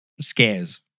scares